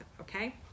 Okay